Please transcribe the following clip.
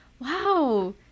wow